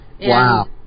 Wow